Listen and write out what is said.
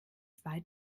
zwei